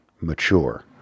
mature